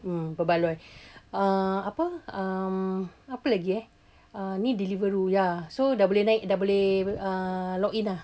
berbaloi uh apa um apa lagi eh ni deliveroo ya so dah boleh naik dah boleh uh log in dah